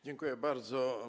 Dziękuję bardzo.